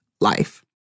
life